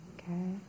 Okay